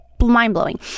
mind-blowing